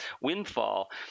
windfall